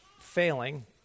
failing